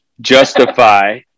justify